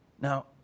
Now